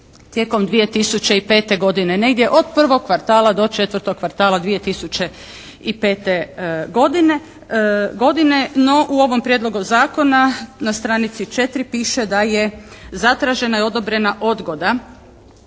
tijekom 2005. godine, negdje od 1. kvartala do 4. kvartala 2005. godine. No, u ovom prijedlogu zakona na stranici 4. piše da je zatražena i odobrena odgoda